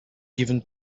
given